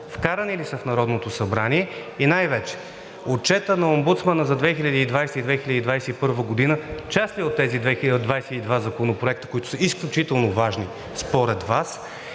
вкарани ли са в Народното събрание? И най-вече, отчетът на омбудсмана за 2020-а и 2021 г. част ли е от тези 22 законопроекта, които са изключително важни, според Вас?